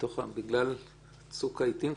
בגלל צוק העתים,